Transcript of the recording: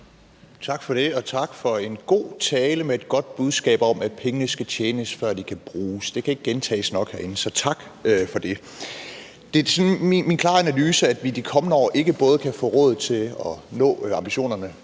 Tak for det, og tak for en god tale med et godt budskab om, at pengene skal tjenes, før de kan bruges – det kan ikke gentages nok herinde. Så tak for det. Det er min klare analyse, at vi de kommende år ikke både kan få råd til at nå ambitionerne